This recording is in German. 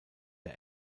der